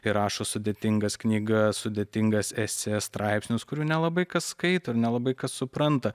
ir rašo sudėtingas knyga sudėtingas esė straipsnius kurių nelabai kas skaito ir nelabai kas supranta